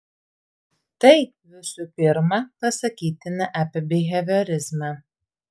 tai visų pirma pasakytina apie biheviorizmą